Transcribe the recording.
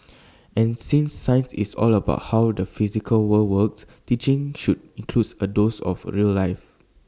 and since science is all about how the physical world works teaching should includes A dose of real life